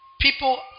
people